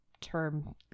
term